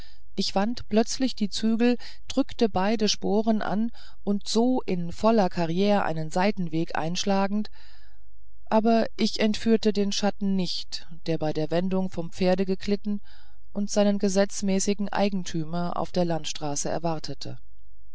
ich wandte plötzlich die zügel drückte beide sporen an und so in voller carriere einen seitenweg eingeschlagen aber ich entführte den schatten nicht der bei der wendung vom pferde glitt und seinen gesetzmäßigen eigentümer auf der landstraße erwartete